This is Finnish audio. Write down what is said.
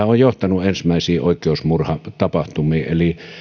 on johtanut ensimmäisiin oikeusmurhatapahtumiin eli